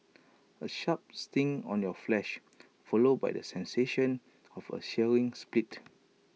A sharp sting on your flesh followed by the sensation of A searing split